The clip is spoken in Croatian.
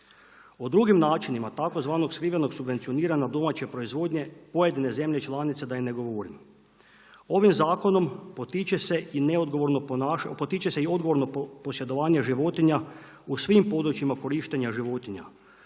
O drugim načinima tzv. skrivenog subvencioniranja domaće proizvodnje pojedine zemlje članice da i ne govorim. Ovim zakonom potiče se i odgovorno posjedovanje životinja u svim područjima korištenja životinja.